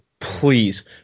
please